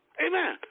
Amen